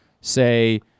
Say